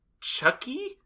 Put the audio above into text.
chucky